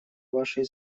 вашей